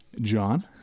John